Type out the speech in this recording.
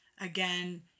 Again